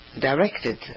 directed